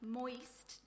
moist